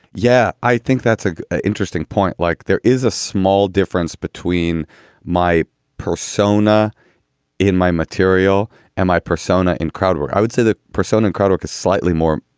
yeah, i think that's an interesting point. like there is a small difference between my persona in my material and my persona in crowd where i would say the persona krautrock is slightly more,